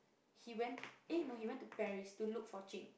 he went eh no he went to Paris to look for Jing